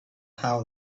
how